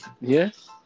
Yes